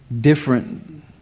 different